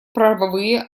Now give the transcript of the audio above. правовые